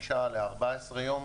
מ-5 ל-14 יום?